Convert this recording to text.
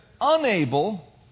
unable